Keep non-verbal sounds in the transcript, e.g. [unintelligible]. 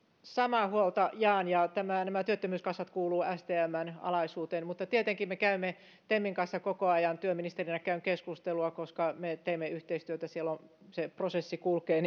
samaa huolta jaan ja nämä työttömyyskassat kuuluvat stmn alaisuuteen mutta tietenkin temin kanssa koko ajan työministerinä käyn keskustelua koska me teemme yhteistyötä siellä se prosessi kulkee [unintelligible]